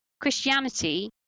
Christianity